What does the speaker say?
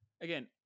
again